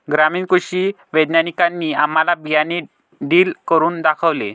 ग्रामीण कृषी वैज्ञानिकांनी आम्हाला बियाणे ड्रिल करून दाखवले